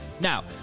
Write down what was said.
Now